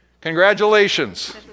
Congratulations